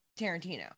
Tarantino